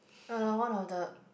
ya lor one of the